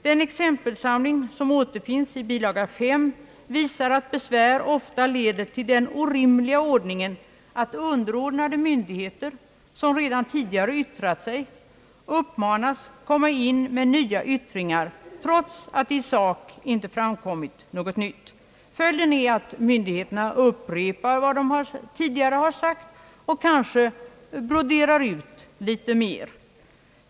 Den exempelsamling som återfinns i bilaga 5 visar att besvär ofta leder till den orimliga ordningen att underordnade myndigheter, som redan tidigare yttrat sig, uppmanas komma in med nya yttranden, trots att i sak inte framkommit något nytt. Följden är att myndigheterna upprepar vad de tidigare sagt och kanske broderar ut litet mer.